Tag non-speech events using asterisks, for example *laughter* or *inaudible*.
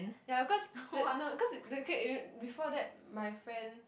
ya cause wait no cause the K *noise* before that my friend